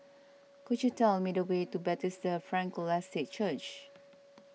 could you tell me the way to Bethesda Frankel Estate Church